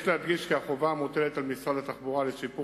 יש להדגיש כי החובה המוטלת על משרד התחבורה לשיפור